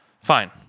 Fine